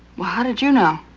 did you know?